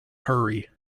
hurry